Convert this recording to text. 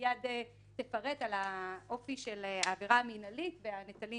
מייד תפרט על האופי של העבירה המינהלית והנטלים